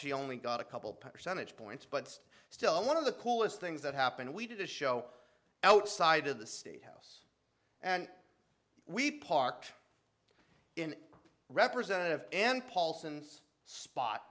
she only got a couple percentage points but it's still one of the coolest things that happened we did a show outside of the state house and we parked in representative and paulson's spot